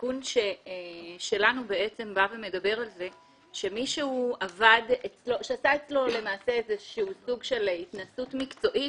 התיקון שלנו מדבר על כך שמי שעשה אצלו סוג של התנסות מקצועית,